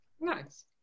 Nice